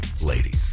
ladies